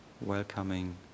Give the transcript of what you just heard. welcoming